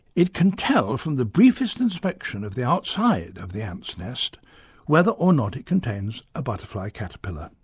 it can tell from the briefest inspection of the outside of the ants' nest whether or not it contains a butterfly caterpillar.